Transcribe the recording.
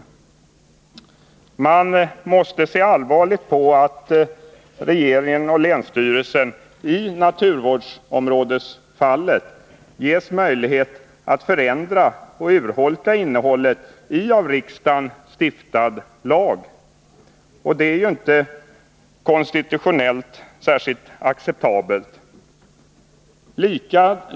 Man måste se allvarligt på att regeringen och länsstyrelsen i naturvårdsområdesfallet ges möjlighet att förändra och urholka innehållet i av riksdagen stiftad lag. Detta är konstitutionellt icke acceptabelt.